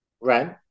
rent